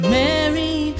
mary